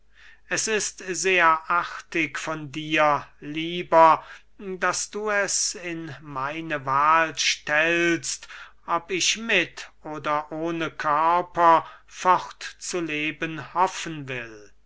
es ist sehr artig von dir lieber daß du es in meine wahl stellst ob ich mit oder ohne körper fortzuleben hoffen will